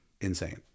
insane